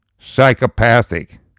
psychopathic